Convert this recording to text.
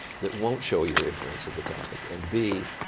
that won't show your ignorance of the topic. and b,